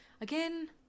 again